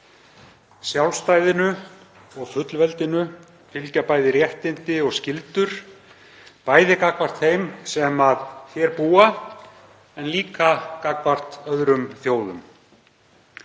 Sjálfstæðinu og fullveldinu fylgja bæði réttindi og skyldur, bæði gagnvart þeim sem hér búa en líka gagnvart öðrum þjóðum.